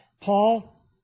Paul